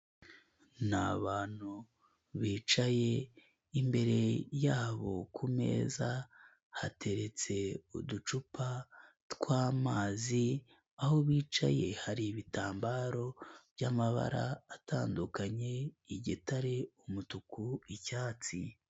Ni abantu bicaye, imbere yabo ku meza hateretse uducupa tw'amazi, aho bicaye hari ibitambaro by'amabara atandukanye, igitare, umutuku, icyatsi.